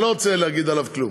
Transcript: אני לא רוצה להגיד עליו כלום.